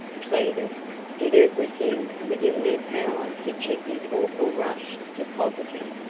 pleaded, did everything within their power to check his awful rush to poverty,